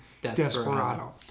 Desperado